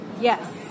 Yes